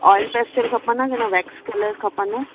oil pastel खपनि कि न वेक्स कलर खपनव